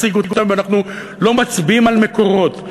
ואנחנו לא מצביעים על מקורות.